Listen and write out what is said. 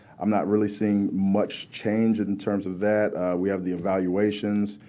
i'm not really seeing much change in terms of that. we have the evaluations.